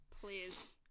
please